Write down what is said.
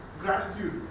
gratitude